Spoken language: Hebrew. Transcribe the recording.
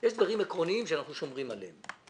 יש דברים עקרוניים שאנחנו שומרים עליהם,